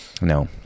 no